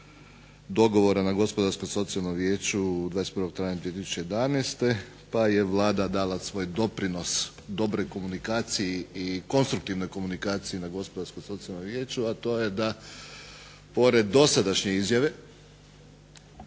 dogovora na Gospodarsko-socijalnom vijeću 21. travnja 2011. pa je Vlada dala svoj doprinos dobroj komunikaciji i konstruktivnoj komunikaciji na Gospodarsko-socijalnom vijeću, a to je da pored dosadašnje izjave